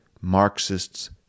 Marxists